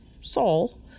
soul